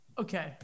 Okay